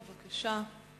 בבקשה.